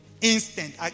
instant